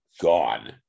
gone